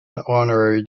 honorary